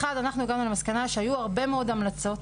אחד, אנחנו הגענו למסקנה שהיו הרבה מאוד המלצות,